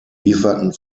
lieferten